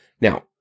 Now